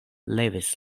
levis